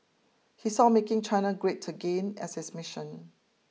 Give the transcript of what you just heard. he saw making China great again as his mission